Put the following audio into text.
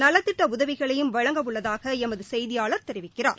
நலத்திட்ட உதவிகளையும் வழங்க உள்ளதாக எமது செய்தியாளர் தெரிவிக்கிறார்